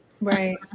Right